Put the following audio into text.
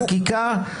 החקיקה.